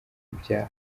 ibyaha